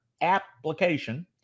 application